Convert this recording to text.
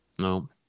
No